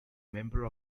member